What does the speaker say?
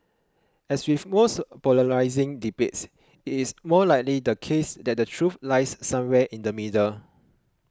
as with most polarising debates it is most likely the case that the truth lies somewhere in the middle